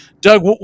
Doug